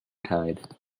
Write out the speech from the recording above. tide